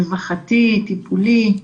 רווחתי, טיפולי.